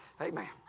amen